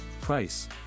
price